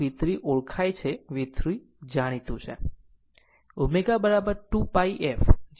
આમ V3 ઓળખાય છે V3જાણીતું છે ω 2 πpi f જેમાંથી f મળશે